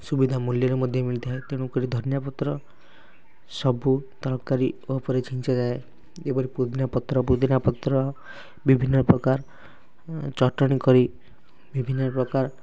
ସୁବିଧା ମୂଲ୍ୟରେ ମଧ୍ୟ ମିଳିଥାଏ ତେଣୁ କରି ଧନିଆ ପତ୍ର ସବୁ ତରକାରୀ ଉପରେ ଛିଞ୍ଚାଯାଏ ଏପରି ପୁଦିନା ପତ୍ର ପୁଦିନା ପତ୍ର ବିଭିନ୍ନ ପ୍ରକାର ଚଟଣୀ କରି ବିଭିନ୍ନ ପ୍ରକାର